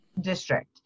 district